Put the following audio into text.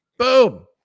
Boom